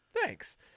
Thanks